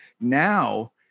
now